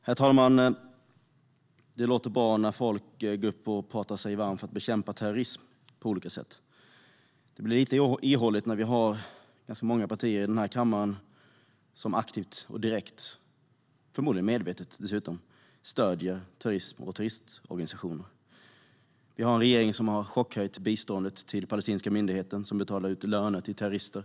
Herr talman! Det låter bra när människor går upp och talar sig varma för att bekämpa terrorism på olika sätt. Det blir lite ihåligt när vi har ganska många partier i denna kammare som aktivt och direkt, och dessutom förmodligen medvetet, stöder terrorism och terroristorganisationer. Vi har en regering som har chockhöjt biståndet till palestinska myndigheten, som betalar ut löner till terrorister.